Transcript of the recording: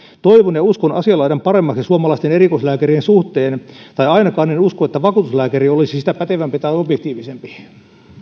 toivon ja uskon asian laidan paremmaksi suomalaisten erikoislääkärien suhteen tai ainakaan en usko että vakuutuslääkäri olisi sitä pätevämpi tai objektiivisempi